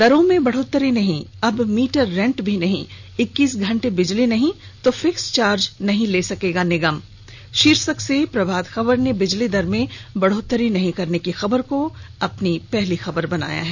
दरों में बढ़ोतरी नहीं अब मीटर रेंट भी नहीं इक्कीस घंटे बिजली नहीं दी तो फिक्स चार्ज नहीं ले सकेगा निगम शीर्षक से प्रभात खबर ने बिजली दर में बढ़ोतरी नहीं करने की खबर पहली खबर बनाई है